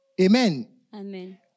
Amen